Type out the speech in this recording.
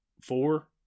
four